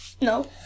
No